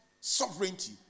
sovereignty